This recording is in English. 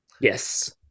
Yes